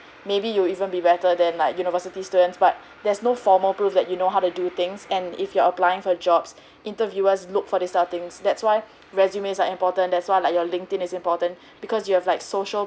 maybe you will even be better than like university students but there's no formal proof that you know how to do things and if you are applying for jobs interviewer look for this type of things that's why resumes are important that's why like your linkedin is important because you have like social